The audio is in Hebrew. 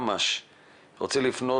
היום יש ממשק כשמד"א לוקחת